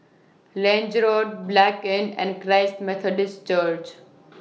Lange Road Blanc Inn and Christ Methodist Church